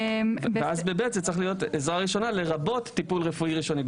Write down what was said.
ואז ב-(ב) זה צריך להיות "עזרה ראשונה לרבות טיפול רפואי ראשוני".